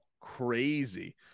Crazy